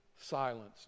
silence